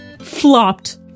flopped